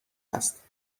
است